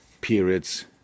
periods